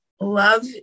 love